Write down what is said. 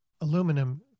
aluminum